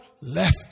Left